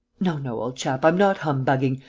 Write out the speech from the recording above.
no, no, old chap, i'm not humbugging.